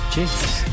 Jesus